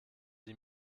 die